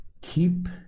Keep